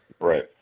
Right